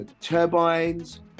turbines